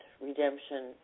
redemption